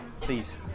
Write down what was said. please